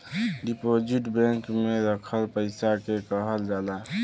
deposit bank में रखल पइसा के कहल जाला